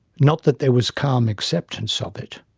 not that there was calm acceptance of it